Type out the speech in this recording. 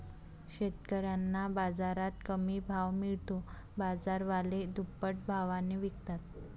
शेतकऱ्यांना बाजारात कमी भाव मिळतो, बाजारवाले दुप्पट भावाने विकतात